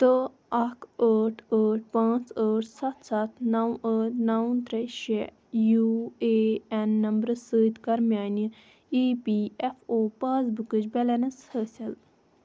تہٕ اکھ ٲٹھ ٲٹھ پانٛژھ ٲٹھ ستھ ستھ نو ٲٹھ نو ترٛےٚ شےٚ یوٗ اےٚ این نمبرٕ سۭتۍ کَر میٛانہِ اِی پی ایف او پاس بُکٕچ بیلینس حٲصِل